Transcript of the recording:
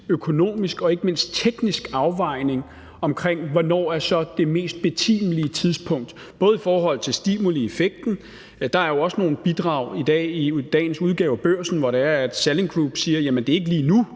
økonomisk og ikke mindst teknisk afvejning af, hvornår det så er det mest betimelige tidspunkt, bl.a. i forhold til stimulieffekten. Der er jo også nogle bidrag i dagens udgave af Børsen, hvor Salling Group siger, at det ikke er lige nu,